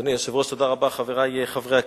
אדוני היושב-ראש, חברי חברי הכנסת,